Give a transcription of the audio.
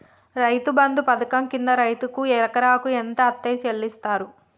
రైతు బంధు పథకం కింద రైతుకు ఎకరాకు ఎంత అత్తే చెల్లిస్తరు?